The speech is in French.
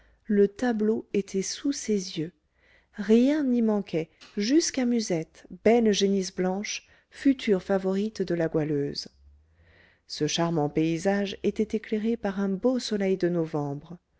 le tableau était sous ses yeux rien n'y manquait jusqu'à musette belle génisse blanche future favorite de la goualeuse ce charmant paysage était éclairé par un beau soleil de novembre